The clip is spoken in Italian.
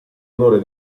onore